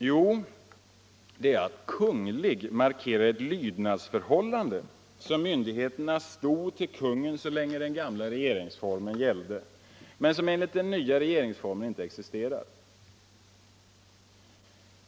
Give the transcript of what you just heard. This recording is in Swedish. Jo, det är att Kungl. markerar ett lydnadsförhållande som myndigheterna stod i till kungen så länge den gamla regeringsformen gällde men som enligt den nya regeringsformen inte existerar.